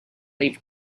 leave